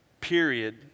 period